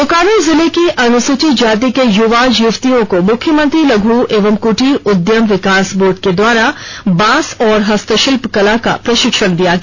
बोकारो जिले के अनुसूचित जाति के यूवा यूवतियों को मुख्यमंत्री लघ् एवं कृटीर उद्यम विकास बोर्ड के द्वारा बांस और हस्तशिल्प कला का प्रशिक्षण दिया गया